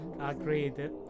Agreed